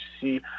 see